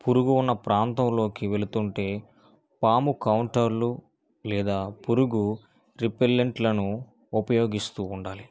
పురుగు ఉన్న ప్రాంతంలోకి వెళుతుంటే పాము కౌంటర్లు లేదా పురుగు రిపెంలెంట్లను ఉపయోగిస్తూ ఉండాలి